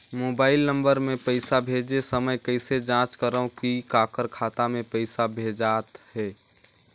Mobile number मे पइसा भेजे समय कइसे जांच करव की काकर खाता मे पइसा भेजात हे?